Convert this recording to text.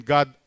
God